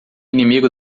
inimigo